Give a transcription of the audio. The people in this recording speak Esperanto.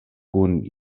kun